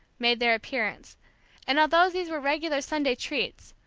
made their appearance and although these were regular sunday treats,